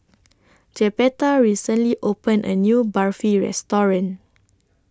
Jeptha recently opened A New Barfi Restaurant